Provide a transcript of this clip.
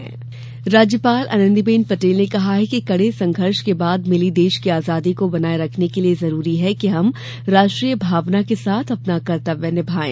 राज्यपाल राज्यपाल आनंदीबेन पटेल ने कहा है कि कड़े संघर्ष के बाद मिली देष की आजादी को बनाए रखने के लिए जरूरी है कि हम राष्ट्रीय भावना के साथ अपना कर्तव्य निभाएं